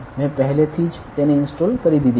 મેં પહેલેથી જ તેને ઇન્સ્ટોલ કરી દીધી છે